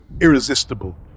irresistible